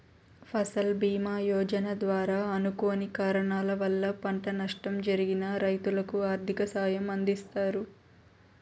ఫసల్ భీమ యోజన ద్వారా అనుకోని కారణాల వల్ల పంట నష్టం జరిగిన రైతులకు ఆర్థిక సాయం అందిస్తారు